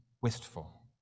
wistful